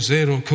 Zero